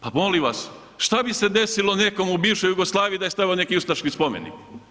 Pa molim vas šta bi se desilo nekom u bivšoj Jugoslaviji da je stavio neki ustaški spomenik.